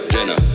Jenna